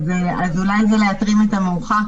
אולי זה להטרים את המאוחר,